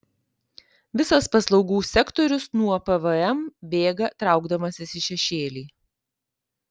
visas paslaugų sektorius nuo pvm bėga traukdamasis į šešėlį